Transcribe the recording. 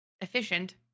efficient